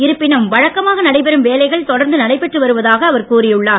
இருப்பினும் வழக்கமாக நடைபெறும் வேலைகள் தொடர்ந்து நடைபெற்று வருவதாக அவர் கூறியுள்ளார்